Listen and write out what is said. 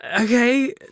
okay